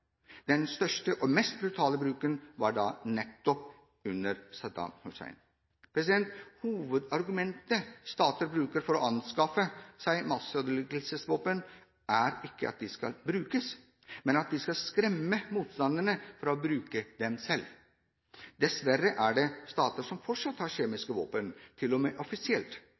Den største og mest brutale bruken var nettopp under Saddam Hussein. Hovedargumentet stater bruker for å anskaffe masseødeleggelsesvåpen, er ikke at de skal brukes, men at det skal skremme motstanderne fra å ta dem i bruk. Dessverre er det stater som fortsatt har kjemiske våpen, til og med offisielt.